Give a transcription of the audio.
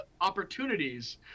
opportunities